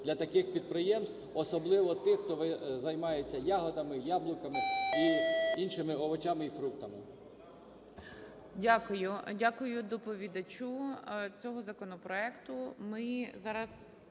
для таких підприємств, особливо тих, хто займається ягодами, яблуками і іншими овочами і фруктами. ГОЛОВУЮЧИЙ. Дякую. Дякую доповідачу цього законопроекту.